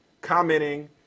commenting